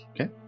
Okay